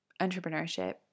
entrepreneurship